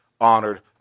honored